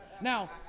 Now